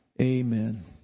Amen